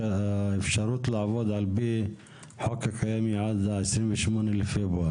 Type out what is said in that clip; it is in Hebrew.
האפשרות לעבוד על פי החוק הקיים היא עד 28 בפברואר,